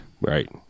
Right